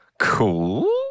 Cool